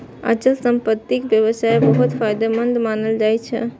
अचल संपत्तिक व्यवसाय बहुत फायदेमंद मानल जाइ छै